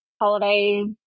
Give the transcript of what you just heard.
holiday